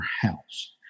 house